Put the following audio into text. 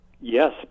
Yes